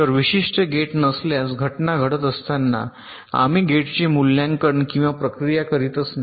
तर विशिष्ट गेट नसल्यास घटना घडत असताना आम्ही गेटचे मूल्यांकन किंवा प्रक्रिया करीतच नाही